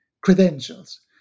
credentials